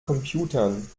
computern